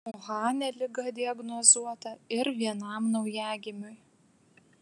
uhane liga diagnozuota ir vienam naujagimiui